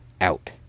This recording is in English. out